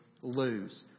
lose